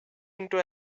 into